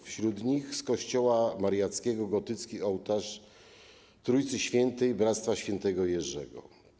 Wśród nich z kościoła Mariackiego gotycki ołtarz Trójcy świętej Bractwa św. Jerzego.